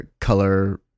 color